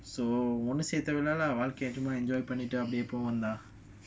so ஒன்னுசேர்ந்ததாலவாழ்க:onna sernthathala vaalka enjoy பண்ணிட்டுஅப்டியேபோவோம்ல:pannitu apdie povomla